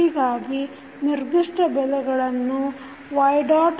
ಹೀಗಾಗಿ ನಿರ್ದಿಷ್ಟ ಬೆಲೆಗಳನ್ನು y